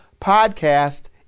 Podcast